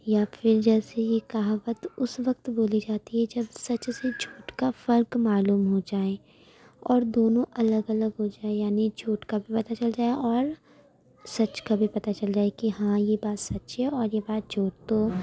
یا پھر جیسے یہ کہاوت اس وقت بولی جاتی ہے جب سچ سے جھوٹ کا فرق معلوم ہو جائے اور دونوں الگ الگ ہو جائے یعنی جھوٹ کا بھی پتہ چل جائے اور سچ کا بھی پتہ چل جائے کہ ہاں یہ بات سچ ہے اور یہ بات جھوٹ تو